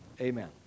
amen